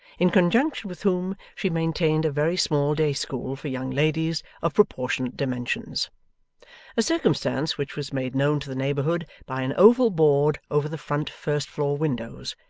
in conjunction with whom she maintained a very small day-school for young ladies of proportionate dimensions a circumstance which was made known to the neighbourhood by an oval board over the front first-floor windows,